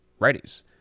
righties